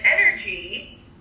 energy